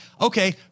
okay